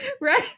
Right